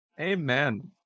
Amen